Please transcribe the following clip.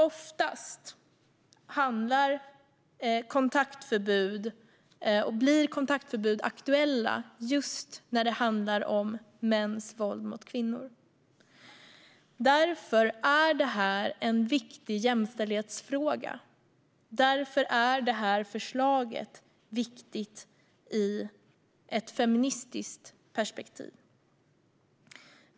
Oftast blir kontaktförbud aktuella just när det handlar om mäns våld mot kvinnor. Därför är detta en viktig jämställdhetsfråga. Därför är detta förslag viktigt i ett feministiskt perspektiv.